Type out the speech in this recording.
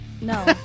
No